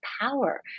power